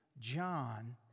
John